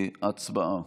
הצבעה.